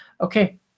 Okay